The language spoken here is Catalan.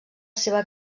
seva